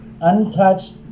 untouched